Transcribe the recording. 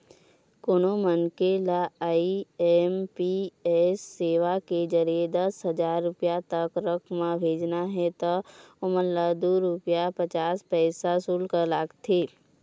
कोनो मनखे ल आई.एम.पी.एस सेवा के जरिए दस हजार रूपिया तक रकम भेजना हे त ओमा दू रूपिया पचास पइसा सुल्क लागथे